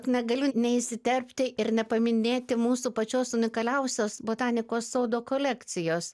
negaliu neįsiterpti ir nepaminėti mūsų pačios unikaliausios botanikos sodo kolekcijos